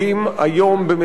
בשירות אזרחי אין מצפון?